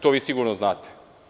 To sigurno znate.